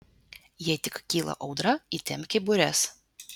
jei tik kyla audra įtempki bures